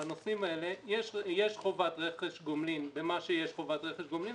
בנושאים האלה יש חובת רכש גומלין במה שיש חובת רכש גומלין,